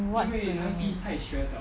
what do you mean